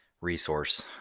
resource